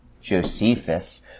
Josephus